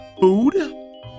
food